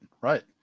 right